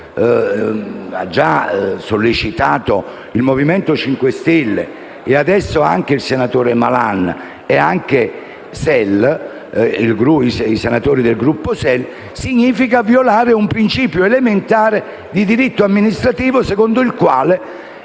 già sollecitato il Movimento 5 Stelle e adesso il senatore Malan e i componenti del Gruppo SEL - significa violare un principio elementare di diritto amministrativo, secondo il quale